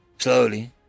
Slowly